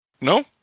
No